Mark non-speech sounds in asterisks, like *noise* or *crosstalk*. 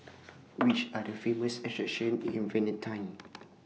*noise* Which Are The Famous attractions in Vientiane *noise*